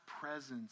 presence